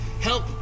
Help